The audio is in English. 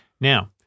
Now